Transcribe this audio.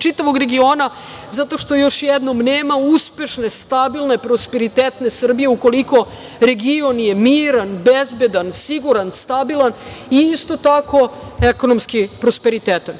čitavog regiona, zato što još jednom nema uspešne stabilne prosperitetne Srbije ukoliko region je miran, bezbedan, siguran, stabilan i isto tako, ekonomski prosperitetan.